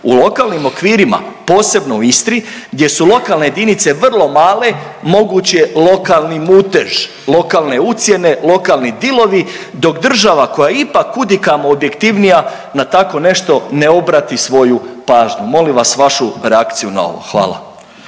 u lokalnim okvirima, posebno u Istri gdje su lokalne jedinice vrlo male moguć je lokalni mutež, lokalne ucjene, lokalni dilovi dok država koja je ipak kudikamo objektivnija na tako nešto ne obrati svoju pažnju, molim vas vašu reakciju na ovo, hvala.